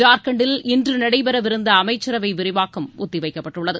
ஜார்க்கண்ட்டில் இன்று நடைபெறவிருந்த அமைச்சரவை விரிவாக்கம் ஒத்திவைக்கப்பட்டுள்ளது